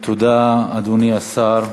תודה, אדוני השר,